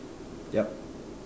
yup